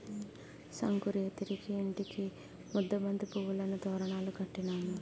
సంకురేతిరికి ఇంటికి ముద్దబంతి పువ్వులను తోరణాలు కట్టినాము